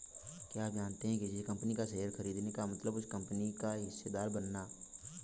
क्या आप जानते है किसी कंपनी का शेयर खरीदने का मतलब उस कंपनी का हिस्सेदार बनना?